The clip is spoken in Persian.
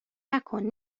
نکن